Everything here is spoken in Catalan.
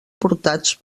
portats